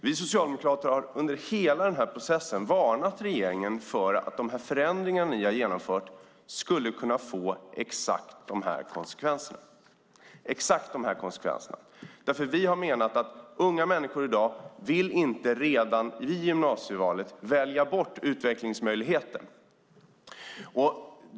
Vi socialdemokrater har under hela den här processen varnat regeringen för att de förändringar som ni har genomfört skulle kunna få exakt dessa konsekvenser. Vi har menat att unga människor i dag inte redan vid gymnasievalet vill välja bort utvecklingsmöjligheten.